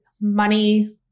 money